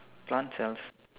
plant cells